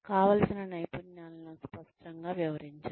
కావలసిన నైపుణ్యాలను స్పష్టంగా వివరించండి